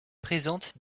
présentent